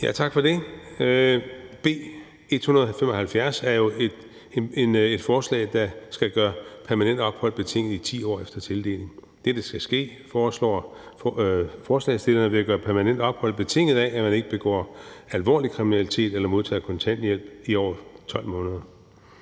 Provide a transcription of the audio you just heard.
Tak for det. B 175 er jo et forslag, som skal gøre permanent ophold betinget i 10 år efter tildeling. Dette skal ske, foreslår forslagsstillerne, ved at gøre permanent ophold betinget af, at man ikke begår alvorlig kriminalitet eller modtager kontanthjælp i over 12 måneder.